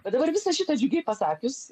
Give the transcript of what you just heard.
bet dabar visa šita džiugiai pasakius